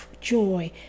joy